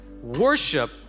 Worship